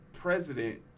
president